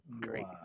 Great